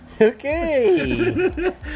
Okay